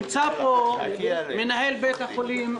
נמצא פה מנהל בית החולים,